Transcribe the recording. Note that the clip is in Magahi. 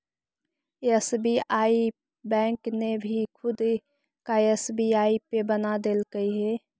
एस.बी.आई बैंक ने भी खुद का एस.बी.आई पे बना देलकइ हे